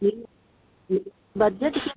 ನೀವು ಬಜೆಟ್